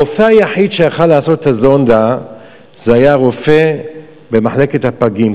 הרופא היחיד שיכול היה לעשות את הזונדה היה רופא במחלקת הפגים,